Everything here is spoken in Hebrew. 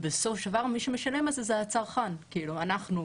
בסוף מי שמשלם על זה, זה הצרכן, כלומר אנחנו.